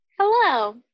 Hello